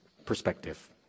Perspective